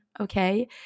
okay